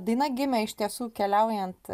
daina gimė iš tiesų keliaujant